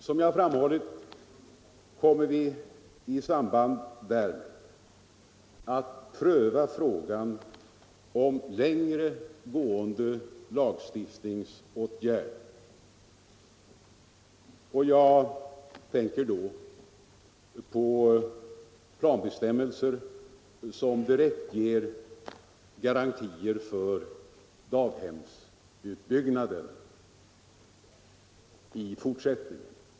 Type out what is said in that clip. Som jag har framhållit kommer vi i samband därmed att pröva frågan om längre gående lagstiftningsåtgärder. Jag tänker då på planbestämmelser som direkt ger garantier för daghemsutbyggnaden i fortsättningen.